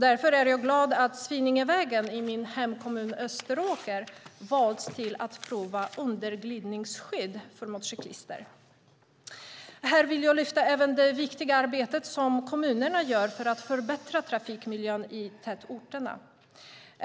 Därför är jag glad att Svinningevägen i min hemkommun Österåker valts till att prova underglidningsskydd för motorcyklister. Här vill jag även lyfta fram det viktiga arbete som kommunerna gör för att förbättra trafikmiljön i tätorterna.